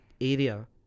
area